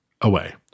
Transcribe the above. away